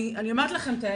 אני אומרת לכם את האמת,